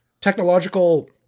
technological